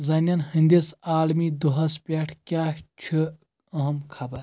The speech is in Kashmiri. زَنٮ۪ن ہٕندِس عالمی دۄہَس پٮ۪ٹھ کیاہ چھُ اہم خبر